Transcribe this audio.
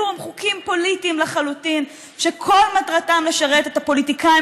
כלום חוקים פוליטיים לחלוטין שכל מטרתם לשרת את הפוליטיקאים